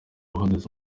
uhagaze